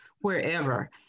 wherever